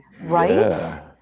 Right